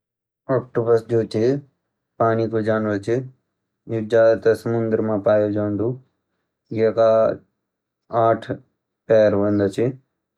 ऑक्टोपस जो चे पानी को जानवर चे ये ज़्यादातर समुंदर में पाया जांदू ये का आठ पैर होंदा चे